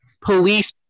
police